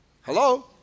Hello